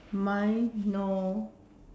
mine no